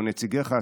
או נציגיך,